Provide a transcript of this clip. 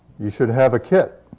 you should have a kit.